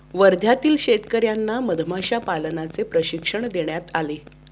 वर्ध्यातील शेतकर्यांना मधमाशा पालनाचे प्रशिक्षण देण्यात आले